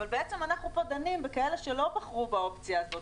אבל בעצם אנחנו פה דנים בכאלה שלא בחרו באופציה הזאת.